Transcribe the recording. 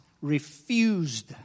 refused